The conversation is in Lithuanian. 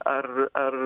ar ar